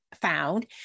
found